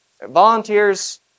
volunteers